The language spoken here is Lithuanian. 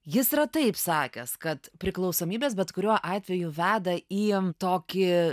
jis yra taip sakęs kad priklausomybės bet kuriuo atveju veda į tokį